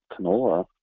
canola